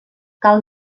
cal